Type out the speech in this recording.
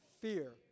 fear